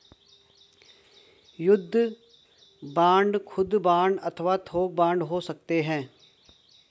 युद्ध बांड खुदरा बांड अथवा थोक बांड हो सकते हैं